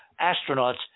astronauts